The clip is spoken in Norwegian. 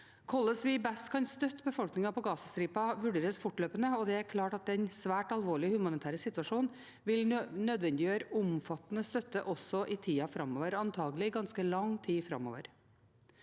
vi best kan støtte befolkningen på Gazastripen, vurderes fortløpende. Det er klart at den svært alvorlige humanitære situasjonen vil nødvendiggjøre omfattende støtte også i tida framover, antakelig i ganske lang tid framover.